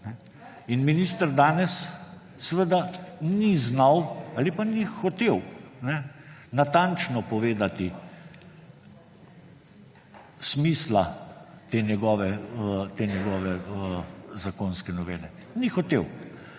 In minister danes seveda ni znal ali pa ni hotel natančno povedati smisla te njegove zakonske novele. Ni hotel.